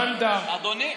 אדוני,